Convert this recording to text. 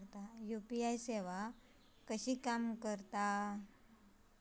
UPI सेवा कशी काम करता?